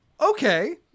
okay